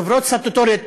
חברות סטטוטוריות,